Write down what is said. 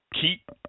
keep